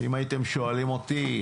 אם הייתם שואלים אותי,